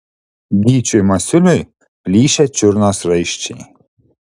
gyčiui masiuliui plyšę čiurnos raiščiai